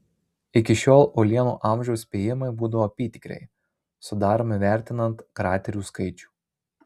iki šiol uolienų amžiaus spėjimai būdavo apytikriai sudaromi vertinant kraterių skaičių